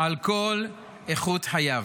על כל איכות חייו.